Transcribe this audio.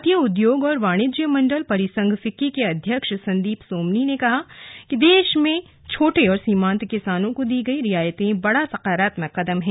भारतीय उद्योग और वाणिज्य मंडल परिसंघ फिक्की के अध्यक्ष संदीप सोमनी ने कहा है कि देश में छोटे और सीमान्त किसानों को दी गई रियायतें बड़ा सकारात्मक कदम है